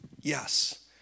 yes